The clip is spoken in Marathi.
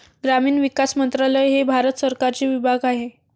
ग्रामीण विकास मंत्रालय हे भारत सरकारचे विभाग आहे